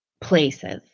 places